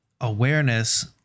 awareness